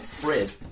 bread